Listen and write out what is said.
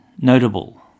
notable